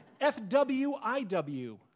F-W-I-W